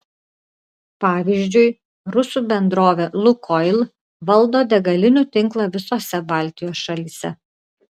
pavyzdžiui rusų bendrovė lukoil valdo degalinių tinklą visose baltijos šalyse